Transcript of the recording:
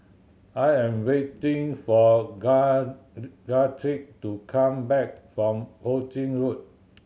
I am waiting for Guthrie to come back from Ho Ching Road